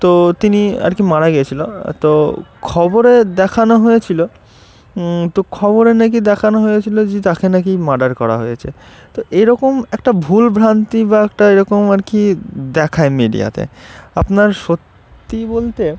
তো তিনি আর কি মারা গিয়েছিলো তো খবরে দেখানো হয়েছিলো তো খবরে নাকি দেখানো হয়েছিলো যে তাকে নাকি মার্ডার করা হয়েছে তো এরকম একটা ভুলভ্রান্তি বা একটা এরকম আর কি দেখায় মিডিয়াতে আপনার সত্যি বলতে